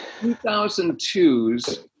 2002's